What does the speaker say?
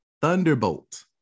Thunderbolt